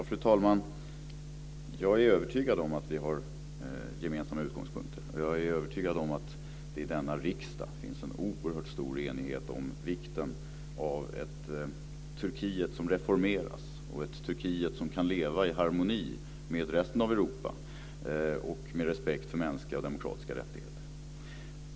Fru talman! Jag är övertygad om att vi har gemensamma utgångspunkter, och jag är övertygad om att det i denna riksdag finns en oerhört stor enighet om vikten av ett Turkiet som reformeras och ett Turkiet som kan leva i harmoni med resten av Europa med respekt för mänskliga och demokratiska rättigheter.